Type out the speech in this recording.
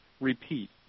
repeat